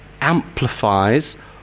amplifies